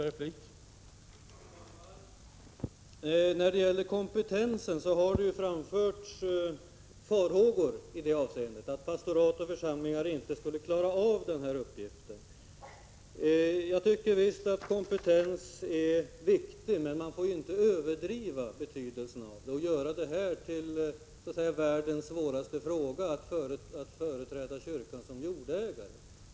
Herr talman! När det gäller kompetensen har det framförts farhågor att pastorat och församlingar inte skulle klara av denna uppgift. Jag tycker visst att kompetens är viktig, men man får inte överdriva betydelsen av den och göra det till världens svåraste fråga att företräda kyrkan som jordägare.